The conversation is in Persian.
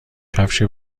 کفش